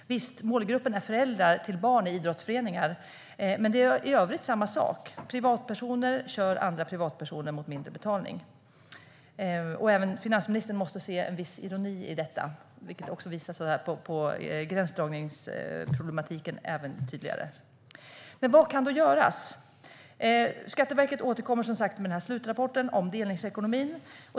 Visst, målgruppen är föräldrar till barn i idrottsföreningar, men det handlar i övrigt om samma sak: Privatpersoner kör andra privatpersoner mot mindre betalning. Även finansministern måste se ironin i detta. Det visar också tydligt på gränsdragningsproblematiken. Vad kan då göras? Skatteverket återkommer som sagt med en slutrapport om delningsekonomin.